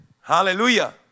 Hallelujah